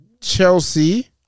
Chelsea